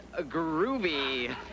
groovy